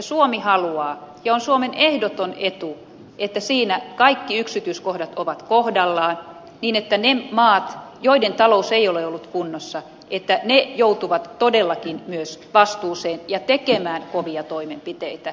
suomi haluaa ja on suomen ehdoton etu että siinä kaikki yksityiskohdat ovat kohdallaan niin että ne maat joiden talous ei ole ollut kunnossa joutuvat todellakin myös vastuuseen ja tekemään kovia toimenpiteitä